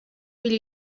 will